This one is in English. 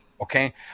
okay